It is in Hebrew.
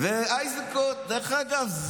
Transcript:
דרך אגב,